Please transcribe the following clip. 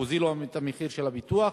הוזילו את המחיר של הפיתוח,